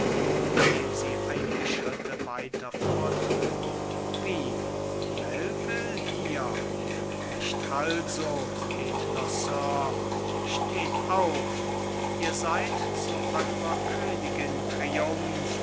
indem sie einige schritte weiter vortritt wie melvil hier nicht also edler sir steht auf ihr seid zu eurer königin triumph